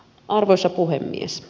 arvoisa puhemies